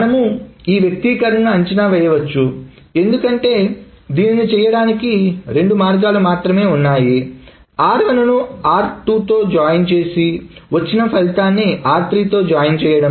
మనము ఈ వ్యక్తీకరణను అంచనా వేయవచ్చు ఎందుకంటే దీన్ని చేయడానికి రెండు మార్గాలు మాత్రమే ఉన్నాయిr1 ను r2 తో జాయిన్ చేసి వచ్చిన ఫలితాన్ని r3 జాయిన్ చేయడం